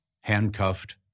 handcuffed